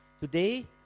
Today